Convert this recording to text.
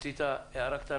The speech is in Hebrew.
רצית להעיר?